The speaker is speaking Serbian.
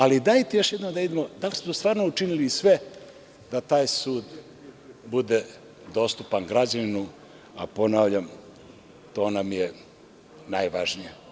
Ali, dajte da još jednom vidimo da li smo učinili sve da taj sud bude dostupan građaninu, a ponavljam, to nam je najvažnije.